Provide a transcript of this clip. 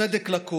צדק לכול,